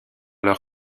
leur